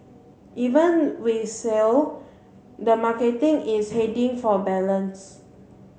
even with shale the marketing is heading for balance